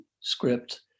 script